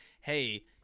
hey